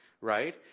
right